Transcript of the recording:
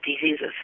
diseases